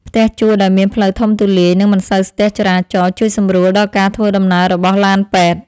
ផ្ទះជួលដែលមានផ្លូវធំទូលាយនិងមិនសូវស្ទះចរាចរណ៍ជួយសម្រួលដល់ការធ្វើដំណើររបស់ឡានពេទ្យ។